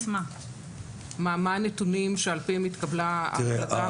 מה הנתונים על פיהם התקבלה ההחלטה?